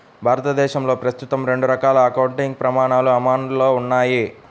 భారతదేశంలో ప్రస్తుతం రెండు రకాల అకౌంటింగ్ ప్రమాణాలు అమల్లో ఉన్నాయి